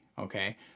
Okay